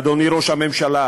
אדוני ראש הממשלה,